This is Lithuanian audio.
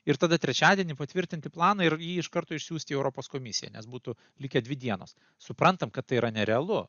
ir tada trečiadienį patvirtinti planą ir jį iš karto išsiųsti europos komisijai nes būtų likę dvi dienos suprantam kad tai yra nerealu